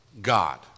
God